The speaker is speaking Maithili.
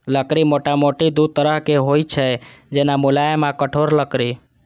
लकड़ी मोटामोटी दू तरहक होइ छै, जेना, मुलायम आ कठोर लकड़ी